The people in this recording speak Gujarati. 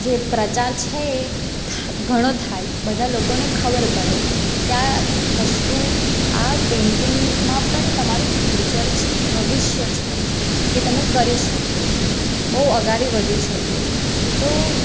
જે પ્રચાર છે એ ઘણો થાય બધા લોકોને ખબર પળે કે આ વસ્તુ આ પેંટિંગમાં પણ તમારું ફ્યુચર છે ભવિષ્ય છે કે તમે કરી શકો બહુ આગળ વધી શકો તો